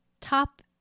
top